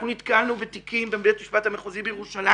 אנחנו נתקלנו בתיקים בבית המשפט המחוזי בירושלים